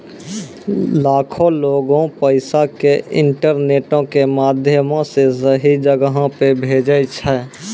लाखो लोगें पैसा के इंटरनेटो के माध्यमो से सही जगहो पे भेजै छै